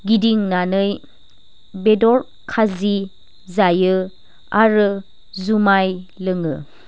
गिदिंनानै बेदर खाजि जायो आरो जुमाय लोङो